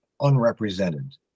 unrepresented